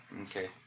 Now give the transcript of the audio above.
Okay